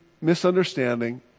misunderstanding